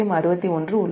061உள்ளது